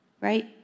right